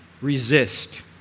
resist